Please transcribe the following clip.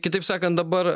kitaip sakant dabar